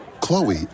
Chloe